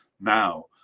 now